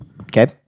okay